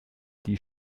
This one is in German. die